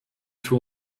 für